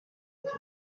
iki